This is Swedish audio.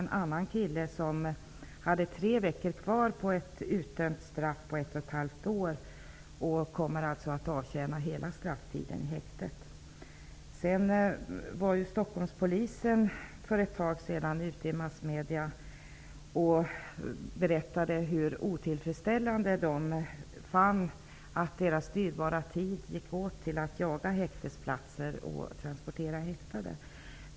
En annan kille hade tre veckor kvar på ett utdömt straff på ett och ett halvt år. Han kommer alltså att avtjäna hela strafftiden i häktet. Stockholmspolisen berättade för en tid sedan i massmedierna hur otillfredsställande de fann det att deras dyrbara tid gick åt till att jaga häktesplatser och transportera häktade.